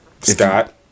Scott